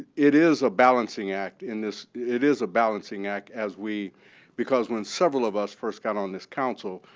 it is a balancing act in this it is a balancing act as we because when several of us first got on this council,